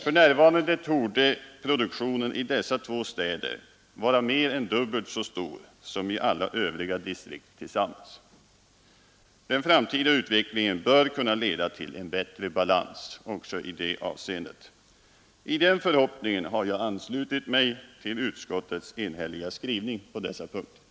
För närvarande torde produktionen i dessa två städer vara mer än dubbelt så stor som i alla övriga distrikt tillsammans. Den framtida utvecklingen bör kunna leda till en bättre balans också i det avseendet. I den förhoppningen har jag anslutit mig till utskottets enhälliga skrivning på dessa punkter.